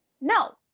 no